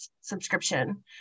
subscription